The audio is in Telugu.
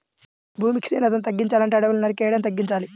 భూమి క్షీణతని తగ్గించాలంటే అడువుల్ని నరికేయడం తగ్గించాలి